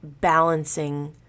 balancing